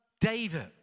David